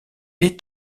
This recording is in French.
est